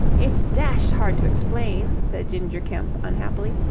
it's dashed hard to explain, said ginger kemp, unhappily.